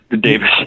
davis